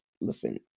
listen